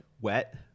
Wet